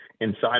inside